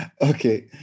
Okay